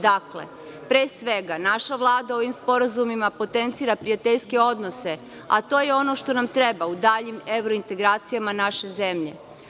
Dakle, pre svega naša Vlada ovim sporazumima potencira prijateljske odnose, a to je ono što nam treba u daljim evrointegracijama naše zemlje.